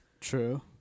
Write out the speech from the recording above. true